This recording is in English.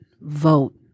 Vote